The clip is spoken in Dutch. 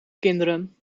kinderen